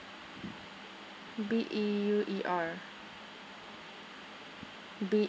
B E U E R B